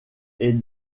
est